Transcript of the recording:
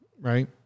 right